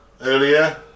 earlier